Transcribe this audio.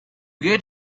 get